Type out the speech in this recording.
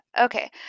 okay